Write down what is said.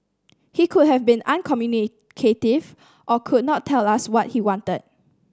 he could have been uncommunicative or could not tell us what he wanted